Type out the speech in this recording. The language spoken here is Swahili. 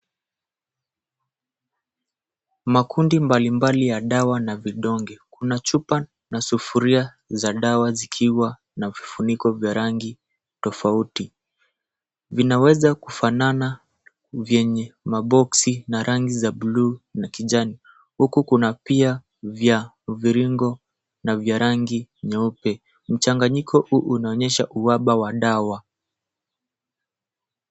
Makundi mbalimbali ya dawa na vidonge, kuna chupa na sufuria za dawa zikiwa na vifuniko vya rangi tofauti. Vinaweza kufanana vyenye maboksi na rangi za bluu na kijani, huku kuna pia vya mviringo na vya rangi nyeupe. Mchanganyiko huu unaonyesha uhaba wa dawa.